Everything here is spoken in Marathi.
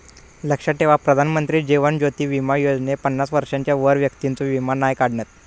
लक्षात ठेवा प्रधानमंत्री जीवन ज्योति बीमा योजनेत पन्नास वर्षांच्या वरच्या व्यक्तिंचो वीमो नाय काढणत